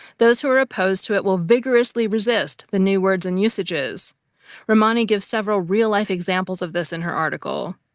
those who are opposed to it will vigorously resist the new words and usages ramani gives several real-life examples of this in her article.